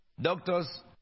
Doctors